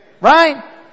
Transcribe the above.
Right